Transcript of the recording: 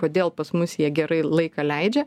kodėl pas mus jie gerai laiką leidžia